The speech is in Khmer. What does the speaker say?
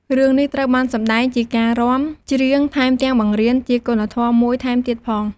រឿងនេះត្រូវបានសម្ដែងជាការរាំ ច្រៀង ថែមទាំងបង្រៀនជាគុណធម៌មួយថែមទៀតផង។